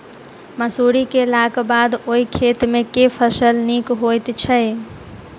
मसूरी केलाक बाद ओई खेत मे केँ फसल नीक होइत छै?